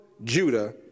Judah